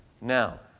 Now